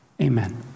Amen